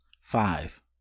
five